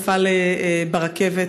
נפל ברכבת,